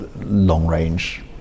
long-range